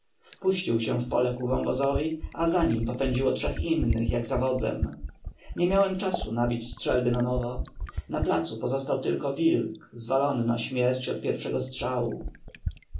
puścił się w pole ku wąwozowi a za nim popędziło trzech innych jak za wodzem nie miałem czasu nabić strzelby nanowo na placu pozostał tylko wilk zwalony na śmierć od pierwszego strzału